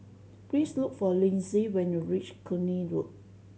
please look for Linzy when you reach Cluny Road